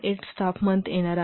8 staff month येणार आहे